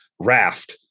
Raft